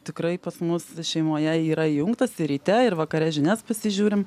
tikrai pas mus šeimoje yra įjungtas ir ryte ir vakare žinias pasižiūrim